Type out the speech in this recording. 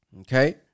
Okay